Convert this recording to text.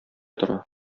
тора